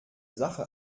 sache